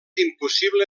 impossible